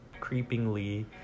creepingly